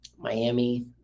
Miami